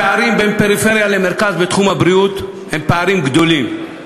הפערים בין הפריפריה למרכז בתחום הבריאות הם פערים גדולים,